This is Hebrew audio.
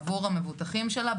עבהור המבוטחים שלה,